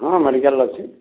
ହଁ ମେଡିକାଲ୍ ଅଛି